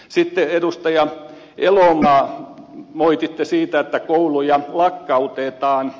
sitten edustaja elomaa moititte siitä että kouluja lakkautetaan